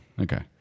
Okay